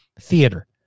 theater